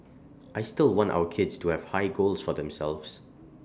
I still want our kids to have high goals for themselves